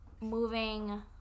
moving